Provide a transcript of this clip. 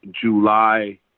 July